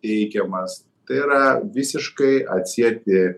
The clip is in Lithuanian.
teikiamas tai yra visiškai atsieti